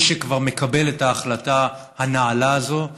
מי שכבר מקבל את ההחלטה הנעלה הזאת,